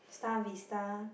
Star Vista